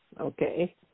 Okay